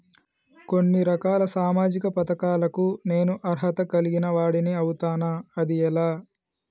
కొన్ని రకాల సామాజిక పథకాలకు నేను అర్హత కలిగిన వాడిని అవుతానా? అది ఎలా?